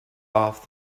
off